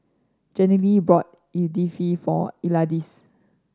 Jenilee bought Idili for Isaias